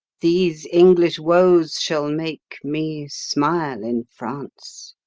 these english woes shall make me smile in france.